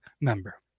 member